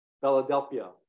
Philadelphia